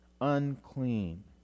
unclean